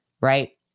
right